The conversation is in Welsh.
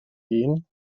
hun